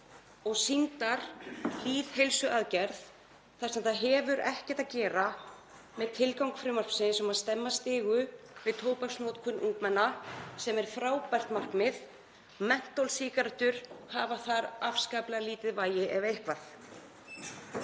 og sýndarlýðheilsuaðgerð þar sem það hefur ekkert að gera með tilgang frumvarpsins um að stemma stigu við tóbaksnotkun ungmenna, sem er frábært markmið. Mentolsígarettur hafa þar afskaplega lítið vægi ef eitthvert.